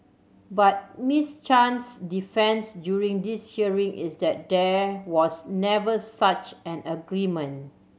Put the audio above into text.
but Miss Chan's defence during this hearing is that there was never such an agreement